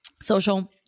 Social